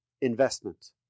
investment